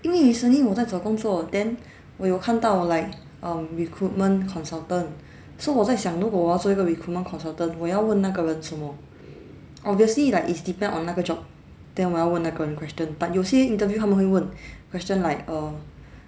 因为 recently 我在找工作 then 我有看到 like um recruitment consultant so 我在想如果我要做一个 recruitment consultant 我要问那个人什么 obviously like is depend on 那个 job then 我要问那个人 question but 有些 interview 他们会问 question like err